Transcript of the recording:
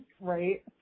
Right